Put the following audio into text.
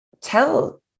tell